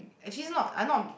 actually is not I not